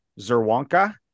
Zerwanka